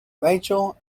rachel